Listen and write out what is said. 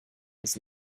his